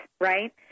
right